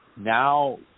now